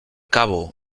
cabo